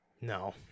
No